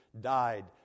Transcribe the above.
died